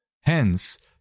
Hence